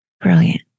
Brilliant